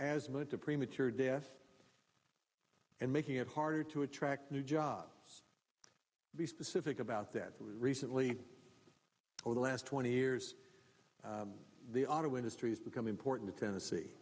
to premature death and making it harder to attract new jobs be specific about that recently over the last twenty years the auto industry has become important tennessee